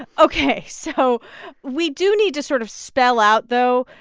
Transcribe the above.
ok. so we do need to sort of spell out, though,